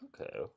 Okay